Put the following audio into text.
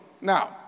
Now